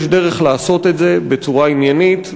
יש דרך לעשות את זה בצורה עניינית,